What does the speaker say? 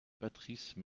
patrice